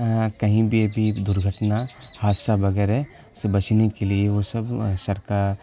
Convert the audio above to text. کہیں بھی ابھی درگھٹنا حادثہ وغیرہ سے بچنے کے لیے وہ سب وہاں سرکار